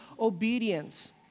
obedience